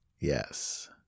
Yes